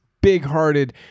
big-hearted